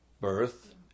birth